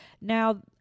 Now